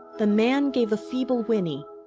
the man gave a feeble whinny,